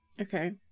okay